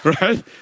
Right